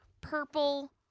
purple